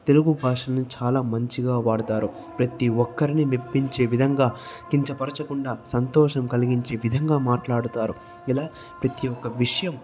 తెలుగు భాషను చాలా మంచిగా వాడుతారు ప్రతీ ఒక్కరిని మెప్పించే విధంగా కించపరచకుండా సంతోషం కలిగించే విధంగా మాట్లాడుతారు ఇలా ప్రతీ ఒక విషయం